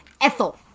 Ethel